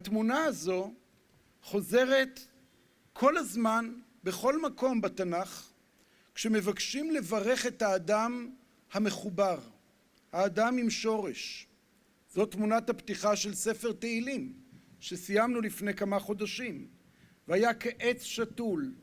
התמונה הזו חוזרת כל הזמן, בכל מקום בתנ״ך, כשמבקשים לברך את האדם המחובר, האדם עם שורש. זו תמונת הפתיחה של ספר תהילים, שסיימנו לפני כמה חודשים. והיה כעץ שתול